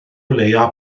leia